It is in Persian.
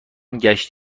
ﮔﺸﺘﯿﻢ